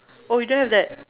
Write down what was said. oh you don't have that